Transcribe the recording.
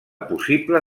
possible